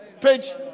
Page